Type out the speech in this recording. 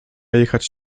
jechać